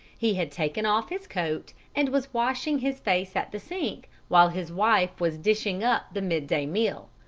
he had taken off his coat, and was washing his face at the sink, while his wife was dishing up the midday meal.